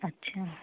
ਅੱਛਾ